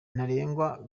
ntarengwa